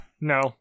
No